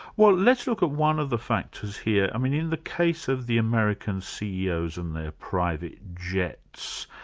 well let's look at one of the factors here. i mean in the case of the american ceos and their private jets,